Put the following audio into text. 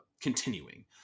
continuing